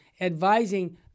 advising